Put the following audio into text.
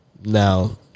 Now